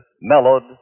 mellowed